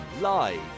live